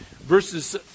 Verses